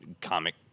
comic